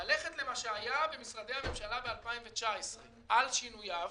ללכת למה שהיה במשרדי הממשלה ב-2019 על שינויו.